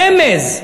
רמז,